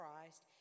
christ